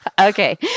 Okay